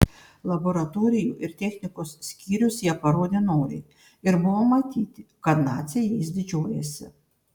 laboratorijų ir technikos skyrius jie parodė noriai ir buvo matyti kad naciai jais didžiuojasi